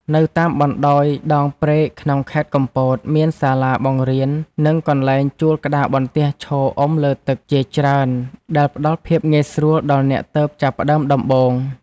នៅតាមបណ្ដោយដងព្រែកក្នុងខេត្តកំពត មានសាលាបង្រៀន និងកន្លែងជួលក្តារបន្ទះឈរអុំលើទឹកជាច្រើនដែលផ្ដល់ភាពងាយស្រួលដល់អ្នកទើបចាប់ផ្ដើមដំបូង។